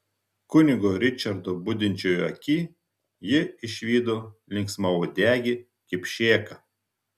kunigo ričardo budinčioj aky ji išvydo linksmauodegį kipšėką